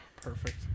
perfect